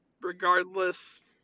Regardless